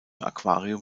aquarium